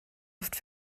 oft